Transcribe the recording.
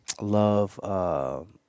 Love